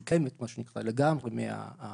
שכן למדנו באמצעות הסקירה שעשינו.